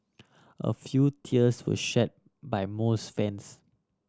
a few tears were shed by most fans